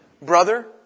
Brother